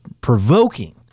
provoking